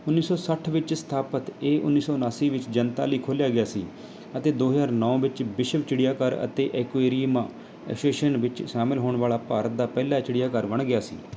ਉੱਨੀ ਸੌ ਸੱਠ ਵਿੱਚ ਸਥਾਪਿਤ ਇਹ ਉੱਨੀ ਸੌ ਉਨਾਸੀ ਵਿੱਚ ਜਨਤਾ ਲਈ ਖੋਲ੍ਹਿਆ ਗਿਆ ਸੀ ਅਤੇ ਦੋ ਹਜ਼ਾਰ ਨੌ ਵਿੱਚ ਵਿਸ਼ਵ ਚਿੜੀਆਘਰ ਅਤੇ ਐਕੁਏਰੀਅਮਾਂ ਐਸ਼ੋਸੀਏਸ਼ਨ ਵਿੱਚ ਸ਼ਾਮਲ ਹੋਣ ਵਾਲ਼ਾ ਭਾਰਤ ਦਾ ਪਹਿਲਾ ਚਿੜੀਆਘਰ ਬਣ ਗਿਆ ਸੀ